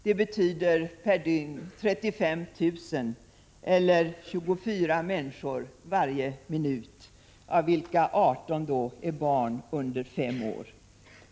Det betyder per dygn 35 000 eller 24 människor varje minut, av vilka 18 är barn under 5 år.